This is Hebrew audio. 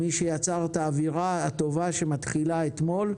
מי שיצר את האווירה הטובה שמתחילה אתמול,